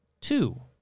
two